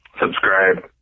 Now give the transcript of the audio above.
Subscribe